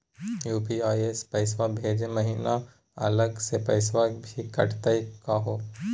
UPI स पैसवा भेजै महिना अलग स पैसवा भी कटतही का हो?